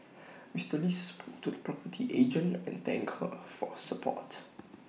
Mr lee spoke to A property agent and thank her for her support